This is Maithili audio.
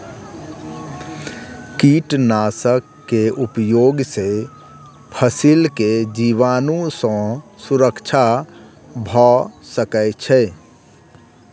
कीटनाशक के उपयोग से फसील के जीवाणु सॅ सुरक्षा भअ सकै छै